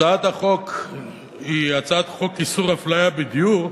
הצעת החוק היא הצעת חוק איסור הפליה בדיור,